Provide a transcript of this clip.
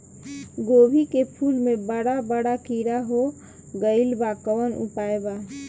गोभी के फूल मे बड़ा बड़ा कीड़ा हो गइलबा कवन उपाय बा?